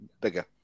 bigger